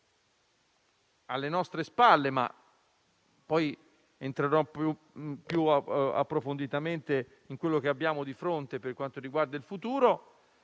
alle nostre spalle - parlerò poi più approfonditamente di quello che abbiamo di fronte, per quanto riguarda il futuro